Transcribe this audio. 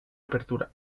apertura